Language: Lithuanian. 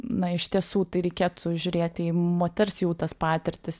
na iš tiesų tai reikėtų žiūrėt į moters jau tas patirtis